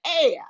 air